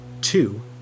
Two